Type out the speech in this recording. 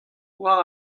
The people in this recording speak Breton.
war